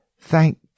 Thank